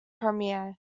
premier